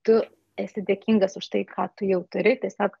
tu esi dėkingas už tai ką tu jau turi tiesiog